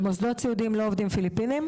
במוסדות סיעודיים לא עובדים פיליפינים.